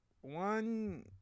one